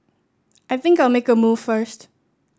I think I'll make a move first